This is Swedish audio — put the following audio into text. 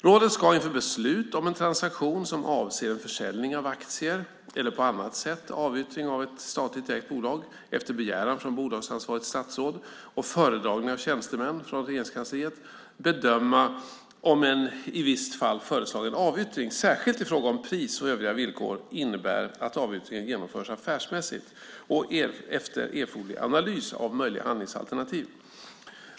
Rådet ska inför beslut om en transaktion som avser en försäljning av aktier eller på annat sätt avyttring av ett statligt ägt bolag efter begäran från bolagsansvarigt statsråd och föredragning av tjänstemän från Regeringskansliet bedöma om en i ett visst fall föreslagen avyttring, särskilt i fråga om pris och övriga villkor, innebär att avyttringen genomförs affärsmässigt och efter erforderlig analys av möjliga handlingsalternativ.